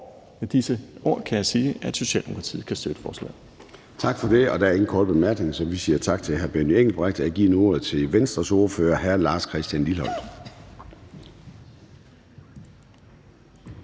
Med disse ord kan jeg sige, at Socialdemokratiet kan støtte forslaget. Kl. 13:02 Formanden (Søren Gade): Tak for det. Der er ingen korte bemærkninger, så vi siger tak til hr. Benny Engelbrecht. Og jeg giver nu ordet til Venstres ordfører, hr. Lars Christian Lilleholt.